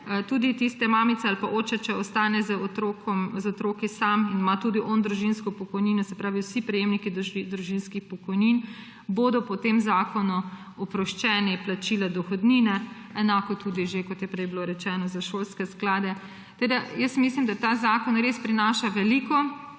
tudi tista mamica ali pa oče, če ostane z otroki sam, ima tudi on družinsko pokojnino, se pravi, vsi prejemniki družinskih pokojnin bodo po tem zakonu oproščeni plačila dohodnine. Enako tudi, kot je že prej bilo rečeno, za šolske sklade. Tako mislim, da ta zakon res prinaša veliko